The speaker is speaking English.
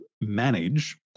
manage